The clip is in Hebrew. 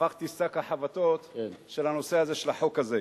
הפכתי שק החבטות של הנושא הזה של החוק הזה.